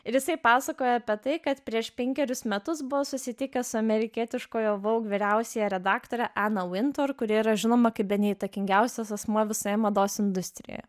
ir isai pasakoja apie tai kad prieš penkerius metus buvo susitikęs su amerikietiškojo voug vyriausiąja redaktore ana vintur kuri yra žinoma kaip bene įtakingiausias asmuo visoje mados industrijoje